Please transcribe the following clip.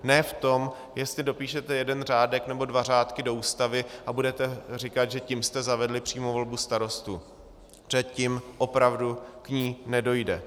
Ne v tom, jestli dopíšete jeden řádek nebo dva řádky do Ústavy a budete říkat, že tím jste zavedli přímou volbu starostů, protože tím opravdu k ní nedojde.